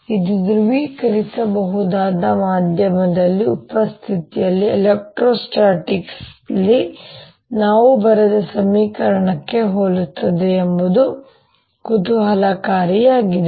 ಇದು ಧ್ರುವೀಕರಿಸಬಹುದಾದ ಮಾಧ್ಯಮದ ಉಪಸ್ಥಿತಿಯಲ್ಲಿ ಎಲೆಕ್ಟ್ರೋಸ್ಟಾಟಿಕ್ಸ್ ಲ್ಲಿ ನಾವು ಬರೆದ ಸಮೀಕರಣಕ್ಕೆ ಹೋಲುತ್ತದೆ ಎಂಬುದು ಕುತೂಹಲಕಾರಿಯಾಗಿದೆ